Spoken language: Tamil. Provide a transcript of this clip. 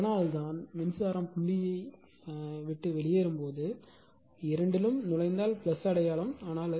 எனவே அதனால்தான் மின்சாரம் புள்ளி இரண்டையும் விட்டு வெளியேறுகிறது அல்லது இரண்டிலும் நுழைந்தால் அடையாளம்